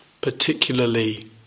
particularly